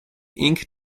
ink